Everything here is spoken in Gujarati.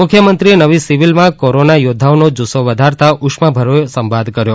મુખ્યમંત્રીએ નવી સિવિલમાં કોરોના યોદ્ધાઓનો જુસ્સો વધારતા ઉષ્માભર્યો સંવાદ કર્યો